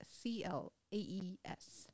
C-L-A-E-S